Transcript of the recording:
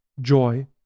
joy